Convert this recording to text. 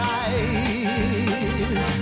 eyes